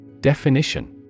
Definition